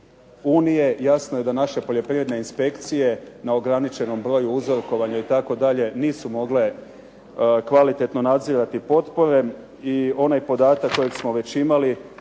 unije. Jasno je da naše poljoprivredne inspekcije na ograničenom broju uzorkovanja itd., nisu mogle kvalitetno nadzirati potpore i onaj podatak kojeg smo već imali,